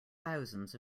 thousands